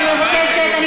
אני מבקשת.